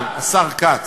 אבל, השר כץ,